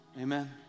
Amen